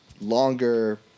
longer